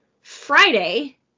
Friday